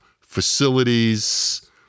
facilities